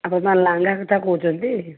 ଆପଣ ପରା ଲାଙ୍ଗା କଥା କହୁଛନ୍ତି